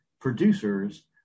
producers